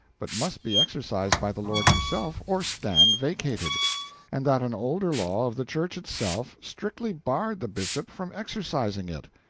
but must be exercised by the lord himself or stand vacated and that an older law, of the church itself, strictly barred the bishop from exercising it.